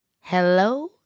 Hello